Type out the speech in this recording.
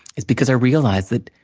it's because i realized that,